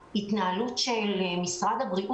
9, סעיף 9. יש מחר ישיבה על המגזר החרדי.